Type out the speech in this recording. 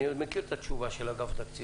אני מכיר את התשובה של אגף תקציבים,